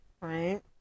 Right